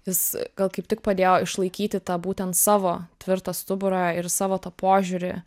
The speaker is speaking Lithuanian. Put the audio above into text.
jis gal kaip tik padėjo išlaikyti tą būtent savo tvirtą stuburą ir savo tą požiūrį